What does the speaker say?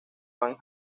van